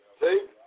See